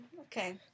Okay